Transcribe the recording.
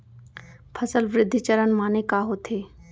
फसल वृद्धि चरण माने का होथे?